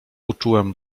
uczułem